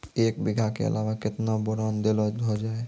एक बीघा के अलावा केतना बोरान देलो हो जाए?